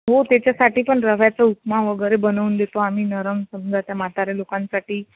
हो त्याच्यासाठी पण रव्याचा उपमा वगैरे बनवून देतो आम्ही नरम समजा त्या म्हाताऱ्या लोकांसाठी